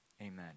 Amen